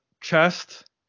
chest